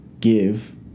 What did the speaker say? give